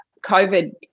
COVID